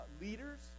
leaders